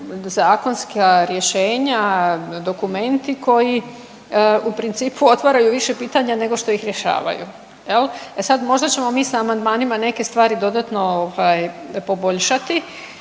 zakonska rješenja, dokumenti koji u principu otvaraju više pitanja nego što ih rješavaju. E sad možda ćemo mi s amandmanima neke stvari dodatno poboljšati,